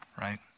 right